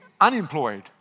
unemployed